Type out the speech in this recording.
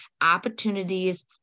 opportunities